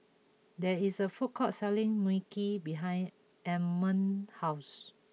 there is a food court selling Mui Kee behind Emanuel's house